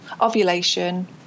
ovulation